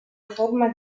informa